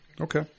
Okay